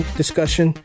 discussion